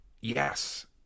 yes